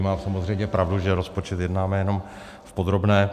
Má samozřejmě pravdu, že rozpočet jednáme jenom v podrobné.